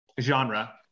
genre